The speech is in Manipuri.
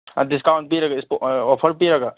ꯑ ꯗꯤꯁꯀꯥꯎꯟ ꯄꯤꯔꯒ ꯑꯣꯐꯔ ꯄꯤꯔꯒ